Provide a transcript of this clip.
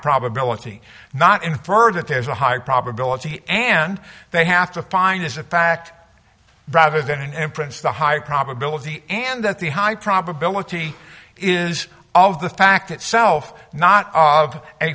probability not infer that there's a high probability and they have to find is a fact rather than imprints the high probability and that the high probability is of the fact itself not